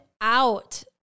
out